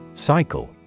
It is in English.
Cycle